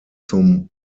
zum